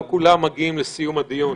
לא כולם מגיעים לסיום הדיון.